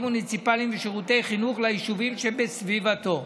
מוניציפליים ושירותי חינוך ליישובים שבסביבתו,